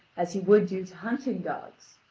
as he would do to hunting-dogs.